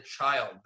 child